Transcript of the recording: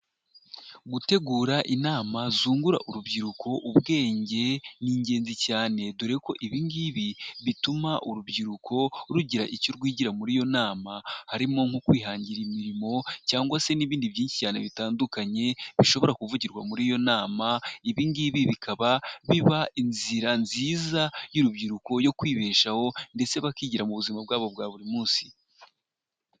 Gutegura inama zungura urubyiruko ubwenge ni ingenzi cyane dore ko ibiin ngibi bituma urubyiruko rugira icyo rwigira muri iyo nama, harimo nko kwihangira imirimo cyangwa se n'ibindi byinshi cyane bitandukanye bishobora kuvugirwa muri iyo nama, ibingibi bikaba biba inzira nziza y'urubyiruko yo kwibeshaho ndetse bakigira mu buzima bwabo bwa buri munsi.